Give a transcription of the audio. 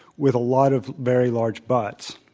with a lot of very large buts.